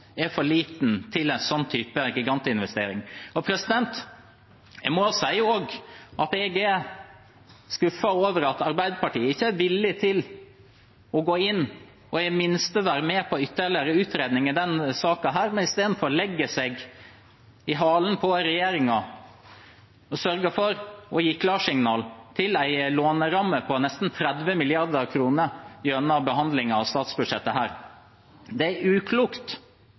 er for liten til en sånn type gigantinvestering. Jeg må også si at jeg er skuffet over at Arbeiderpartiet ikke er villig til å gå inn og i det minste være med på ytterligere utredning i denne saken, men istedenfor legger seg i halen på regjeringen og sørger for å gi klarsignal til en låneramme på nesten 30 mrd. kr gjennom behandlingen av dette statsbudsjettet. Det er uklokt.